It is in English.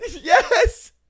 yes